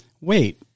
wait